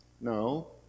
No